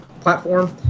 platform